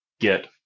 get